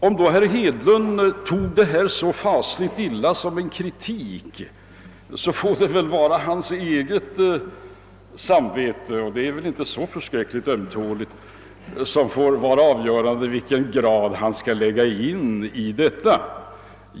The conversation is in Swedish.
Om herr Hedlund uppfattade denna kritik så illa, får hans eget samvete och det är väl inte så förskräckligt ömtåligt — avgöra vilken grad av kritik han skall lägga in i detta.